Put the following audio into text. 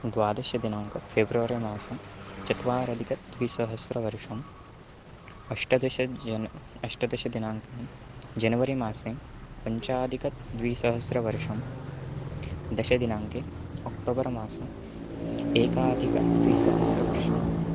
द्वादशदिनाङ्कः फ़ेब्रवरि मासः चतुरधिकद्विसहस्रवर्षम् अष्टादश जन् अष्टादशदिनाङ्कः जनवरिमासे पञ्चाधिकद्विसहस्रवर्षं दशदिनाङ्कः अक्टोबर् मासः एकाधिकद्विसहस्रवर्षम्